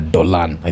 Dolan